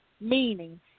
Meaning